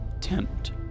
tempt